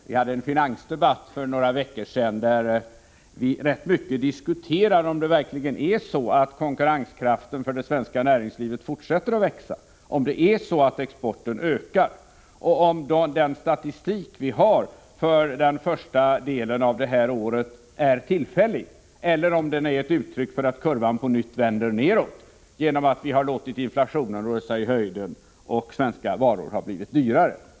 Vi hade en finansdebatt för några veckor sedan där vi rätt ingående diskuterade om det svenska näringslivets konkurrenskraft verkligen fortsätter att växa, om exporten verkligen ökar och om den statistiska nedgång i utrikeshandeln som vi har haft för första delen av det här året är tillfällig eller om den är ett uttryck för att kurvan på nytt vänder nedåt genom att vi har låtit inflationen rusa i höjden så att svenska varor har blivit dyrare.